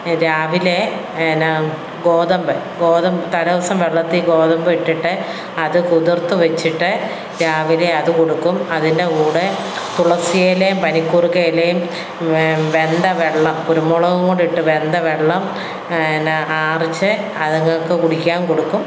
രാവിലെ എന്നാൽ ഗോതമ്പ് ഗോതമ്പ് തലേ ദിവസം വെള്ളത്തിൽ ഗോതമ്പിട്ടിട്ട് അതു കുതിർത്തു വെച്ചിട്ട് രാവിലെ അതു കൊടുക്കും അതിൻ്റെ കൂടെ തുളസിയിലയും പനിക്കൂർക്കയിലയും വെ വെന്ത വെള്ളം കുരുമുളകും കൂടി ഇട്ട് വെന്ത വെള്ളം പിന്നെ ആറിച്ച് അതുങ്ങൾക്കു കുടിക്കാൻ കൊടുക്കും